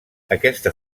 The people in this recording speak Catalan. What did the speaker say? aquesta